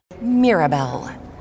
Mirabel